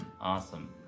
Awesome